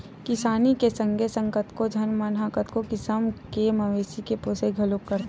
किसानी के संगे संग कतको झन मन ह कतको किसम के मवेशी के पोसई घलोक करथे